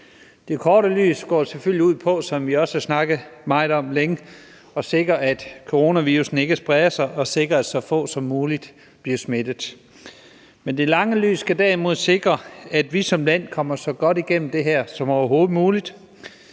Det korte lys går jo selvfølgelig ud på, som vi også har snakket meget og længe om, at sikre, at coronavirussen ikke spreder sig, og at sikre, at så få som muligt bliver smittet. Men det lange lys skal derimod sikre, at vi som land kommer så godt igennem det som overhovedet muligt,